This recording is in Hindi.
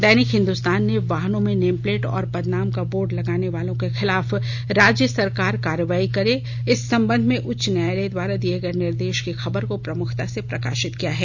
दैनिक हिंदुस्तान ने वाहनों में नेमप्लेट और पदनाम का बोर्ड लगाने वालों के खिलाफ राज्य सरकार कार्रवाई करे इस संबंध में उच्च न्यायालय द्वारा दिए गए निर्देश की खबर को प्रम्खता से प्रकाशित किया है